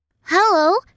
Hello